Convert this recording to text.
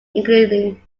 including